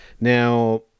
Now